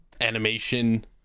animation